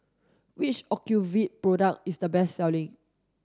which Ocuvite product is the best selling